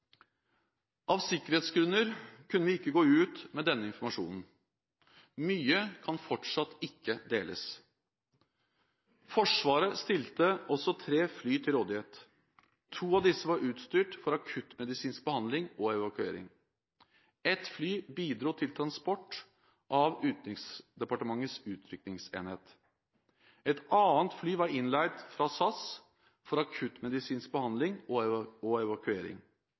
Av sikkerhetsgrunner kunne vi ikke gå ut med denne informasjonen. Mye kan fortsatt ikke deles. Forsvaret stilte også tre fly til rådighet. To av disse var utstyrt for akuttmedisinsk behandling og evakuering. Ett fly bidro til transport av Utenriksdepartementets utrykningsenhet. Et annet fly var innleid fra SAS for akuttmedisinsk behandling og evakuering, og inngikk i en internasjonal luftbro som sikret rask evakuering